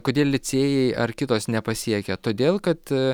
kodėl licėjai ar kitos nepasiekia todėl kad